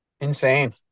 insane